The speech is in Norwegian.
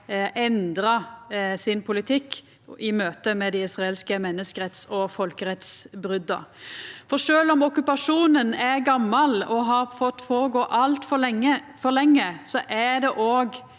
endra sin politikk i møte med dei israelske menneskeretts- og folkerettsbrota. Sjølv om okkupasjonen er gamal og har fått gå føre seg altfor lenge, er det òg